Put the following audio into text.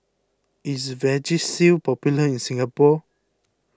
is Vagisil popular in Singapore